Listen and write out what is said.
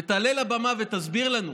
ותעלה לבמה ותסביר לנו: